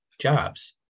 jobs